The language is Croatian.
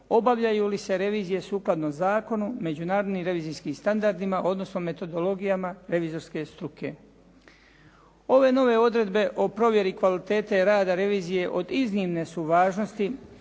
obavljaju li se revizije sukladno zakonu, međunarodnim revizijskim standardima, odnosno metodologijama revizorske struke. Ove nove odredbe o provjeri kvalitete rada revizije od iznimne su važnosti